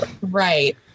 Right